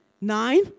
nine